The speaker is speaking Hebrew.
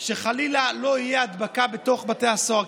שחלילה לא תהיה הדבקה בתוך בתי הסוהר,